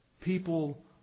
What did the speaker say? people